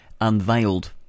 unveiled